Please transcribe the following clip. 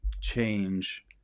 change